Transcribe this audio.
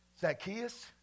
Zacchaeus